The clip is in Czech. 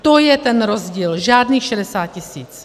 To je ten rozdíl, žádných 60 tisíc.